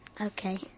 Okay